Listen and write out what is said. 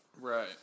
Right